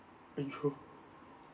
!aiyo!